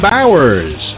Bowers